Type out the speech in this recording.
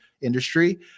industry